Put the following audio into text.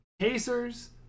Pacers